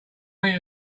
meet